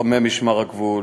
לוחמי משמר הגבול,